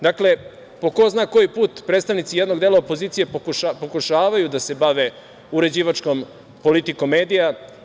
Dakle, po ko zna koji put predstavnici jednog dela opozicije pokušavaju da se bave uređivačkom politikom medija.